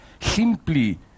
simply